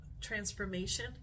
transformation